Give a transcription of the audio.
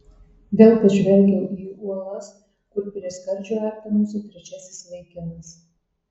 vėl pažvelgiau į uolas kur prie skardžio artinosi trečiasis vaikinas